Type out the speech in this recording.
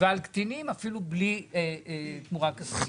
ועל קטינים, אפילו בלי תמורה כספית.